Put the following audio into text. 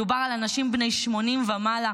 מדובר על אנשים בני 80 ומעלה,